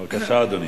בבקשה, אדוני.